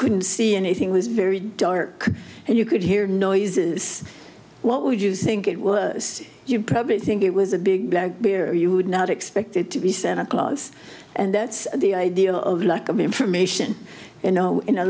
couldn't see anything was very dark and you could hear noises what would you think it was you'd probably think it was a big black bear you would not expect it to be santa claus and that's the idea of lack of information you know in a